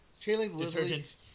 Detergent